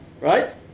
right